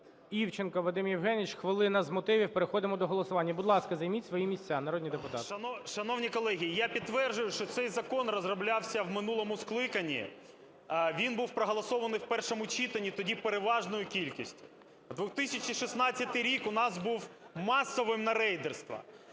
Івченко Вадим Євгенійович, хвилина з мотивів. Переходимо до голосування. Будь ласка, займіть свої місця, народні депутати. 11:41:01 ІВЧЕНКО В.Є. Шановні колеги, я підтверджую, що цей закон розроблявся в минулому скликанні. Він був проголосований в першому читанні тоді переважною кількістю. 2016 рік у нас був масовим на рейдерство: